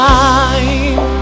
time